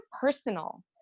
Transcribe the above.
personal